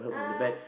ah